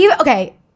okay